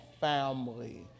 family